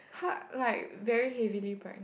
what like very heavily pregnant